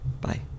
bye